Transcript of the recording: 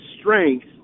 strength